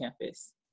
campus